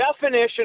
definition